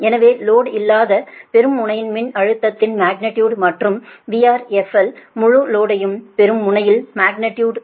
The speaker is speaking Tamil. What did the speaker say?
எனவே லோடு இல்லாத பெறும் முனையின் மின்னழுத்ததின் மக்னிடியுடு மற்றும் VRFL முழு லோடையும் பெறும் முனையின் மக்னிடியுடு